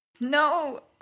No